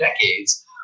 decades